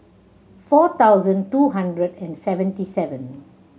four thousand two hundred and seventy seven